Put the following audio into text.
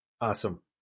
Awesome